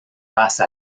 face